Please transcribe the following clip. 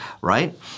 right